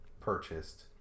purchased